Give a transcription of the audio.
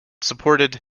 supported